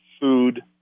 food